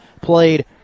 played